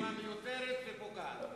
השוואה מיותרת ופוגעת.